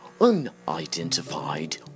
unidentified